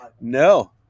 No